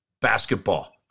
basketball